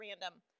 random